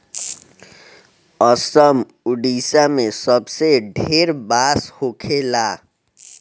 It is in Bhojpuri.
असम, ओडिसा मे सबसे ढेर बांस होखेला